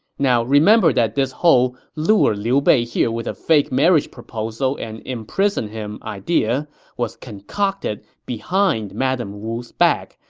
now, remember that this whole lure liu bei here with a fake marriage proposal and imprison him idea was concocted behind madame wu's back,